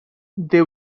they